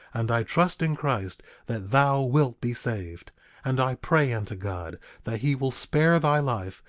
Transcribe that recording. and i trust in christ that thou wilt be saved and i pray unto god that he will spare thy life,